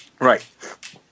Right